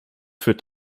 führt